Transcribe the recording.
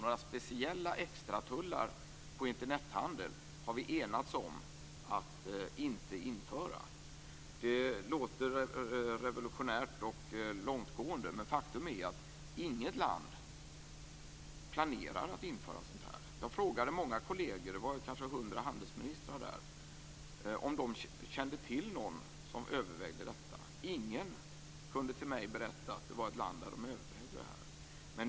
Vi har enats om att inte införa några speciella extratullar på Internethandel. Det låter revolutionärt och långtgående, men faktum är att inget land planerar att införa sådana. Jag frågade många kolleger, det var kanske 100 handelsministrar där, om de kände till någon som övervägde detta. Ingen kunde berätta för mig att det fanns ett land där man övervägde detta.